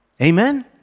Amen